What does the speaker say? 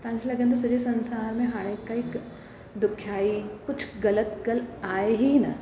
तव्हांखे लॻंदो सॼे संसार में हाणे हिकु हिकु दुख्याई कुझु ग़लति ॻाल्हि आहे ई न